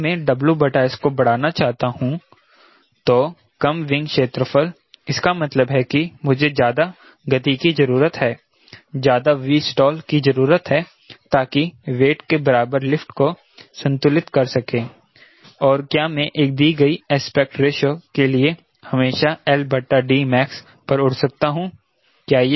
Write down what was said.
अगर मैं WS को बढ़ाना चाहता हूं तो कम विंग क्षेत्रफल इसका मतलब है कि मुझे ज्यादा गति की जरूरत है ज्यादा Vstall की जरूरत है ताकि वेट के बराबर लिफ्ट को संतुलित कर सकें और क्या मैं एक दी गई एस्पेक्ट रेशो के लिए हमेशा max पर उड़ सकता हूँ